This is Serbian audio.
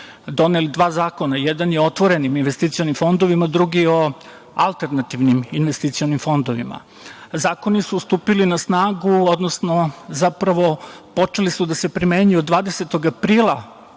donele dva zakona, jedan je o otvorenim investicionima fondovima, a drugi o alternativnim investicionim fondovima. Zakoni su stupili na snagu, zapravo počeli su da se primenjuju 20. aprila